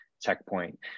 checkpoint